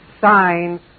sign